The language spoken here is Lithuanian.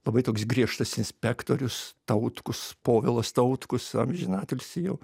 labai toks griežtas inspektorius tautkus povilas tautkus amžiną atilsį jau